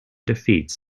defeats